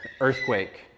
earthquake